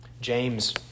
James